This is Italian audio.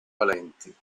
valenti